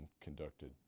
conducted